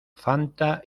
fanta